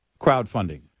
crowdfunding